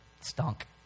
stunk